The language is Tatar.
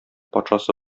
патшасы